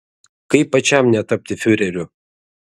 kaip pačiam netapti fiureriu